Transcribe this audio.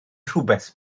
rhywbeth